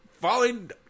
falling